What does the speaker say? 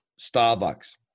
Starbucks